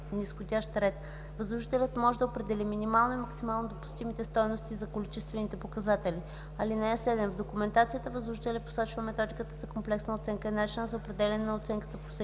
Възложителят може да определи минимално и максимално допустимите стойности на количествените показатели. (7) В документацията възложителят посочва методиката за комплексна оценка и начина за определяне на оценката по всеки